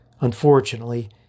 Unfortunately